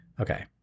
okay